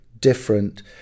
different